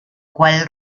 cual